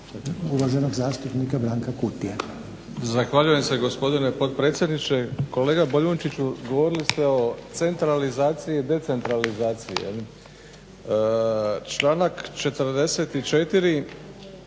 uvaženog zastupnika Branka Kutije.